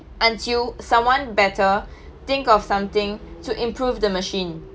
until someone better think of something to improve the machine